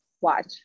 watch